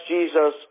Jesus